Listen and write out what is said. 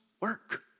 work